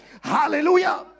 Hallelujah